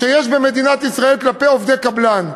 שיש במדינת ישראל כלפי עובדי קבלן.